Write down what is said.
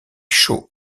chaud